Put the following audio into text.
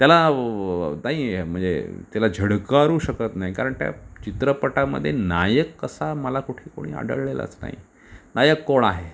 त्याला व नाही म्हणजे त्याला झिडकारू शकत नाही कारण त्या चित्रपटामध्ये नायक असा मला कुठे कोणी आढळलेलाच नाही नायक कोण आहे